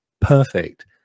perfect